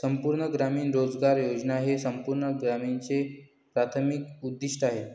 संपूर्ण ग्रामीण रोजगार योजना हे संपूर्ण ग्रामीणचे प्राथमिक उद्दीष्ट आहे